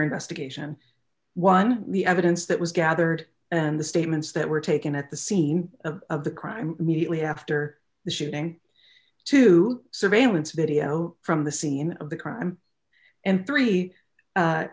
investigation one the evidence that was gathered and the statements that were taken at the scene of the crime immediately after the shooting two surveillance video from the scene of the crime and three